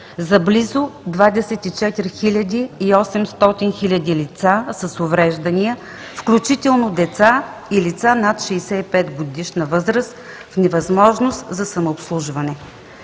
за близо 24 800 лица с увреждания, включително деца и лица над 65-годишна възраст в невъзможност за самообслужване.